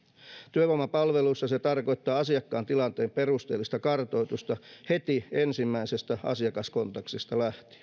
työvoimapalveluissa se tarkoittaa asiakkaan tilanteen perusteellista kartoitusta heti ensimmäisestä asiakaskontaktista lähtien